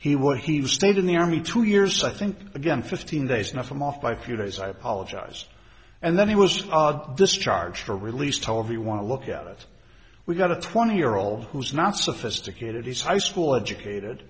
where he stayed in the army two years i think again fifteen days now from off by few days i apologize and then he was discharged are released however you want to look at it we've got a twenty year old who's not sophisticated he's high school educated